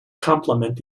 complement